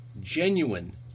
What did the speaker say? genuine